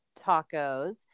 Tacos